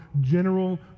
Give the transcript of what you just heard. general